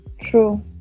true